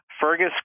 Fergus